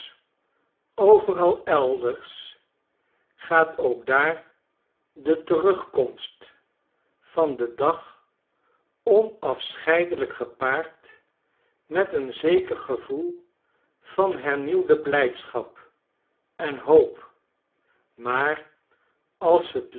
overal elders gaat ook daardeterugkomst van den dagonafscheidelijkgepaardmet een zeker gevoel vanhernieuwdeblijdschap en hoop maar als het